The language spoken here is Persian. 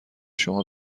شما